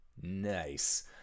nice